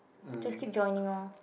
just keep joining lor